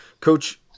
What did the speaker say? coach